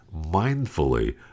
mindfully